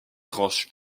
tranches